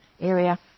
area